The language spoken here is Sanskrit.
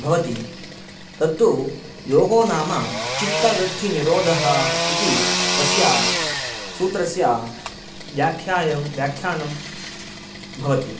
भवति तत्तु योगो नाम चित्तवृत्तिनिरोधः इति तस्य सूत्रस्य व्याख्यायं व्याख्यानं भवति